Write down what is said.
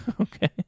Okay